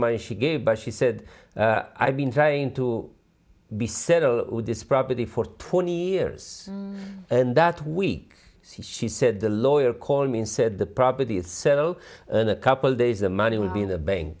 money she gave but she said i've been trying to be settle with this property for twenty years and that week she said the lawyer called me and said the property is settled in a couple days the money will be in the bank